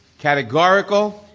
categorical,